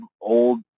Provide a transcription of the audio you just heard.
old